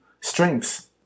strengths